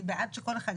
אני בעד שכל אחד יצביע.